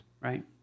right